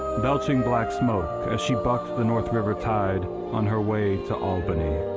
belching black smoke as she bucked the north river tide on her way to albany.